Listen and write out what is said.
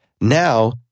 Now